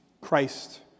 Christ